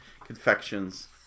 confections